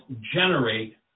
generate